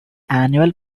annual